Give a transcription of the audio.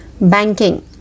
Banking